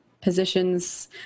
positions